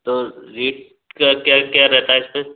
तो रेट का क्या क्या रहता है सर